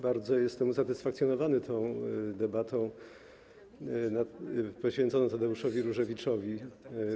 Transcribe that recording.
Bardzo jestem usatysfakcjonowany tą debatą poświęconą Tadeuszowi Różewiczowi.